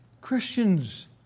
Christians